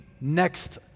next